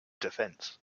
defence